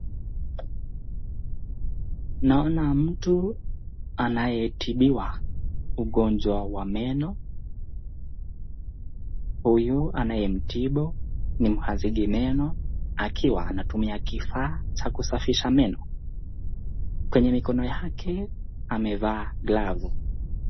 Naona mtu anayetipiwa ugonjwa wa meno huyu anayemtipu ni mhazidi meno akiwa anatumia kifaaa Cha kusafisha meno kwenye mikono yake amefaa glavu